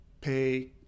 pay